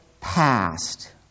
past